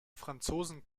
franzosen